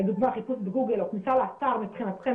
לדוגמה חיפוש בגוגל או כניסה לאתר מבחינתכם